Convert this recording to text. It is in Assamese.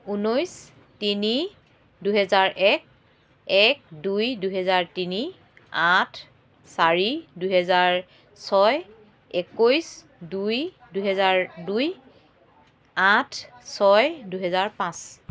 ঊনৈছ তিনি দুহেজাৰ এক এক দুই দুহেজাৰ তিনি আঠ চাৰি দুহেজাৰ ছয় একৈছ দুই দুহেজাৰ দুই আঠ ছয় দুহেজাৰ পাঁচ